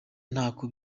ntako